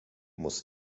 muss